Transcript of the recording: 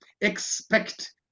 expect